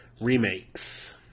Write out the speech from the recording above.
remakes